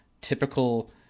typical